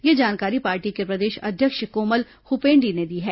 यह जानकारी पार्टी के प्रदेश अध्यक्ष कोमल हुपेंडी ने दी है